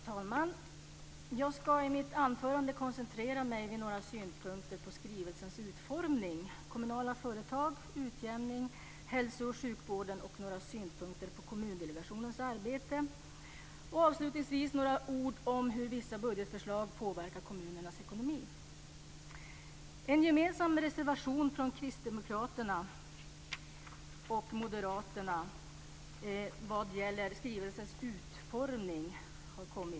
Fru talman! Jag ska i mitt anförande koncentrera mig på synpunkter på skrivelsens utformning, dvs. kommunala företag, utjämning, hälso och sjukvården och några synpunkter på Kommundelegationens arbete. Avslutningsvis ska jag säga några ord om hur vissa budgetförslag påverkar kommunernas ekonomi. Det finns en gemensam reservation från Kristdemokraterna och Moderaterna vad gäller skrivelsens utformning.